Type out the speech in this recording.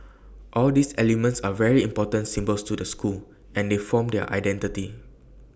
all these elements are very important symbols to the school and they form their identity